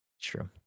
True